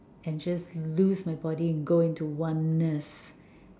and just lose my body in going to oneness